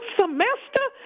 semester